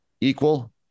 equal